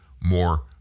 more